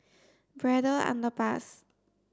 Braddell Underpass